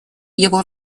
его